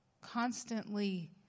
constantly